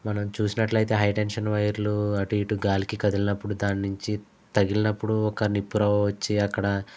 మనం చూసినట్లయితే high tension వైర్లు అటు ఇటు గాలికి కదిలినప్పుడు దాని నుంచి తగిలినప్పుడు ఒక నిప్పురవ్వ వచ్చి అక్కడ